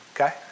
Okay